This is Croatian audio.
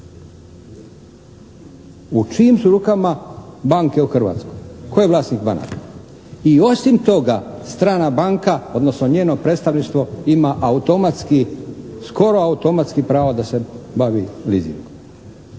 U čijim su rukama banke u Hrvatskoj? Tko je vlasnik banaka? I osim toga, strana banka, odnosno njeno predstavništvo ima automatski, skoro automatski pravo da se bavi leasingom.